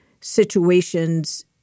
situations